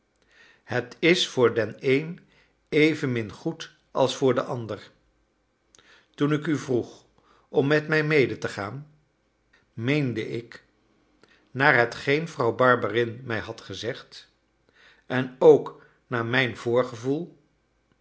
het is voor den een evenmin goed als voor den ander toen ik u vroeg om met mij mede te gaan meende ik naar hetgeen vrouw barberin mij had gezegd en ook naar mijn voorgevoel